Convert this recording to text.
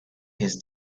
his